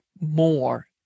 more